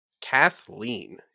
Kathleen